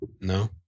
No